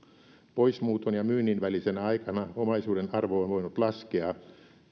poismuuton ja myynnin välisenä aikana omaisuuden arvo on voinut laskea